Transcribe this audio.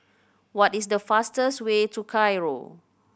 what is the fastest way to Cairo